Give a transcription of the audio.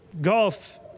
golf